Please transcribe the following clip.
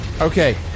Okay